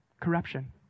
Corruption